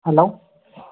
hello